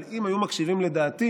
אבל אם היו מקשיבים לדעתי,